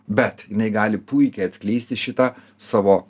bet jinai gali puikiai atskleisti šitą savo